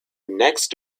next